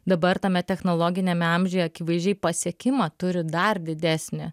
dabar tame technologiniame amžiuje akivaizdžiai pasiekimą turi dar didesnį